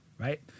right